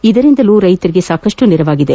ಇದರಿಂದ ರೈತರಿಗೆ ಸಾಕಷ್ಟು ನೆರವಾಗಿದೆ